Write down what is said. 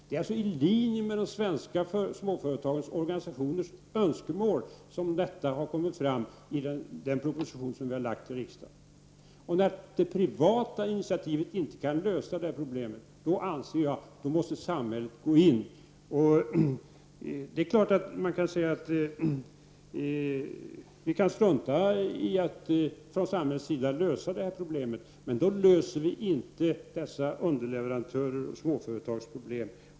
Det är alltså i linje med de svenska småföretagarnas organisationers önskemål som detta föreslås i den proposition vi har lagt fram för riksdagen. När det privata initiativet inte kan lösa det här problemet, då måste enligt min uppfattning samhället gå in. Det är klart att man kan säga att samhället kan strunta i detta. Men då löser man inte dessa underleverantörers och småföretags problem.